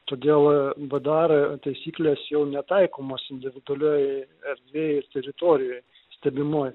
todėl badar taisyklės jau netaikomos individualioj erdvėj ir teritorijoj stebimoj